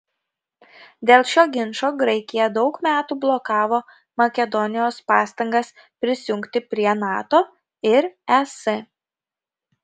dėl šio ginčo graikija daug metų blokavo makedonijos pastangas prisijungti prie nato ir es